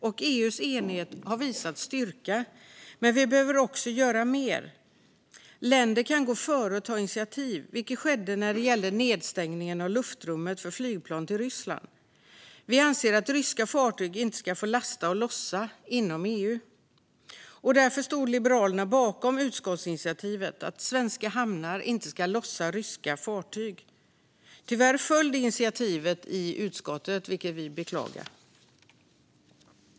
EU:s enighet har visat på styrka, men vi behöver också göra mer. Länder kan gå före och ta initiativ, vilket skedde när det gällde nedstängningen av luftrummet för flygplan till Ryssland. Vi anser att ryska fartyg inte ska få lasta och lossa inom EU. Därför stod Liberalerna bakom det föreslagna utskottsinitiativet om att svenska hamnar inte ska lossa ryska fartyg. Tyvärr föll det förslaget i utskottet, vilket vi beklagar.